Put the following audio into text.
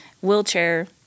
wheelchair